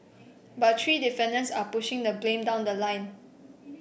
but three defendants are pushing the blame down the line